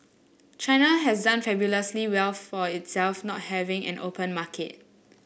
China has done fabulously well for itself not having an open market